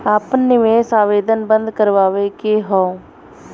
आपन निवेश आवेदन बन्द करावे के हौ?